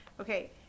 Okay